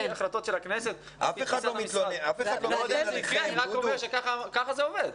החלטות של הכנסת --- אני רק אומר שככה זה עובד.